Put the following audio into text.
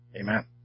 amen